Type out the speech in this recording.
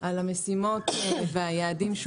כן מחוץ לישוב וכן עם כל הפרמטרים הווטרינריים.